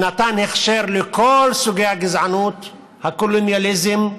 שנותן הכשר לכל סוגי הגזענות, הקולוניאליזם,